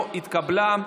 לא התקבלה.